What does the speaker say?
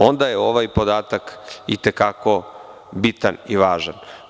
Onda je ovaj podatak i te kako bitan i važan.